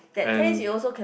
and